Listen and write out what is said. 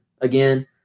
again